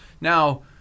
Now